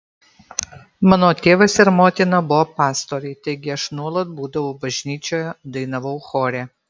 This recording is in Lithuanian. mano tėvas ir motina buvo pastoriai taigi aš nuolat būdavau bažnyčioje dainavau chore